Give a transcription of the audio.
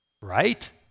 Right